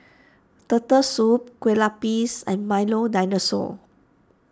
Turtle Soup Kueh Lapis and Milo Dinosaur